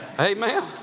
Amen